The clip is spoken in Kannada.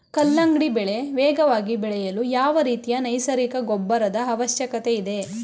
ಕಲ್ಲಂಗಡಿ ಬೆಳೆ ವೇಗವಾಗಿ ಬೆಳೆಯಲು ಯಾವ ರೀತಿಯ ನೈಸರ್ಗಿಕ ಗೊಬ್ಬರದ ಅವಶ್ಯಕತೆ ಇದೆ?